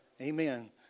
Amen